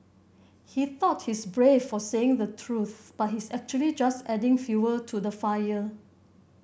he thought he's brave for saying the truth but he's actually just adding fuel to the fire